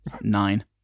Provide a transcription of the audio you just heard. Nine